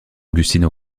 augustine